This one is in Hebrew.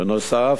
בנוסף,